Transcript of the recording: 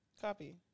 copy